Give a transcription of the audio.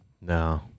No